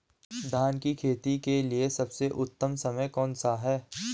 धान की खेती के लिए सबसे उत्तम समय कौनसा है?